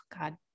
God